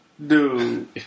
Dude